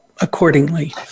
Accordingly